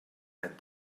and